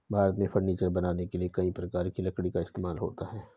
भारत में फर्नीचर बनाने के लिए कई प्रकार की लकड़ी का इस्तेमाल होता है